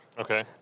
Okay